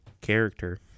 character